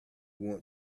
want